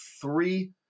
three